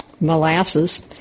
Molasses